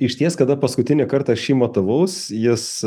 išties kada paskutinį kartą aš jį matavaus jis